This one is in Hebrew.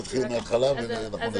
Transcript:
תפתחו את